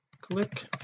click